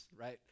right